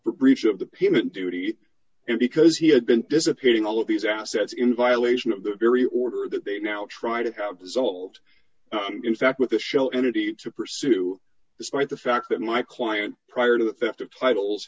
breach of the payment duty and because he had been dissipating all of these assets in violation of the very order that they now try to have dissolved i'm going fact with the shell energy to pursue despite the fact that my client prior to the theft of titles